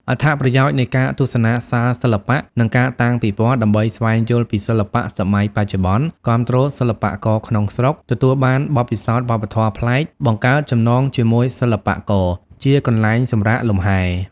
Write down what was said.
អត្ថប្រយោជន៍នៃការទស្សនាសាលសិល្បៈ និងការតាំងពិពណ៌ ដើម្បីស្វែងយល់ពីសិល្បៈសម័យបច្ចុប្បន្ន គាំទ្រសិល្បករក្នុងស្រុក ទទួលបានបទពិសោធន៍វប្បធម៌ប្លែក បង្កើតចំណងជាមួយសិល្បករ ជាកន្លែងសម្រាកលំហែ។